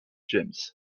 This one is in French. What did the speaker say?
james